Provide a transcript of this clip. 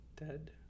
dead